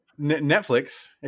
Netflix